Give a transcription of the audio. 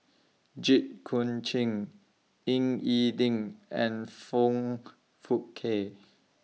Jit Koon Ch'ng Ying E Ding and Foong Fook Kay